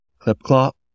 Clip-clop